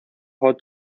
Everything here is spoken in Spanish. hot